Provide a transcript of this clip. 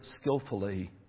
skillfully